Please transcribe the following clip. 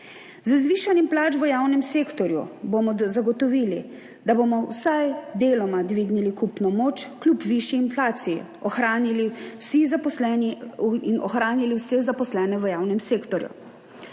Z zvišanjem plač v javnem sektorju bomo zagotovili, da bomo vsaj deloma dvignili kupno moč in kljub višji inflaciji ohranili vse zaposlene v javnem sektorju.